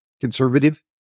conservative